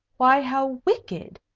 why, how wicked!